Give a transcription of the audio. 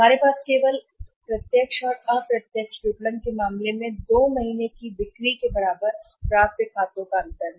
हमारे पास है केवल प्रत्यक्ष और अप्रत्यक्ष विपणन के मामले में 2 महीने की बिक्री के बराबर प्राप्य खाते अंतर